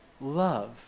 love